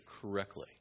correctly